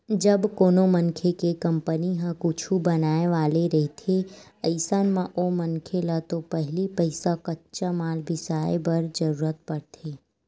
जब कोनो मनखे के कंपनी ह कुछु बनाय वाले रहिथे अइसन म ओ मनखे ल तो पहिली पइसा कच्चा माल बिसाय बर जरुरत पड़थे